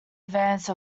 advance